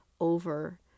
over